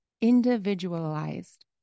individualized